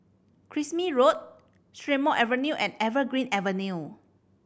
Kismis Road Strathmore Avenue and Evergreen Avenue